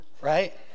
right